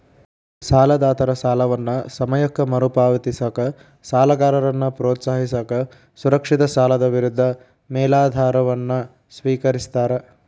ಸಾಲದಾತರ ಸಾಲವನ್ನ ಸಮಯಕ್ಕ ಮರುಪಾವತಿಸಕ ಸಾಲಗಾರನ್ನ ಪ್ರೋತ್ಸಾಹಿಸಕ ಸುರಕ್ಷಿತ ಸಾಲದ ವಿರುದ್ಧ ಮೇಲಾಧಾರವನ್ನ ಸ್ವೇಕರಿಸ್ತಾರ